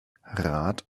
rat